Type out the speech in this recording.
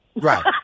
Right